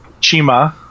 chima